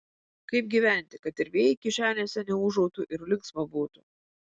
kaip gyventi kad ir vėjai kišenėse neūžautų ir linksma būtų